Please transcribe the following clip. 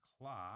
clock